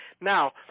Now